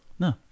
No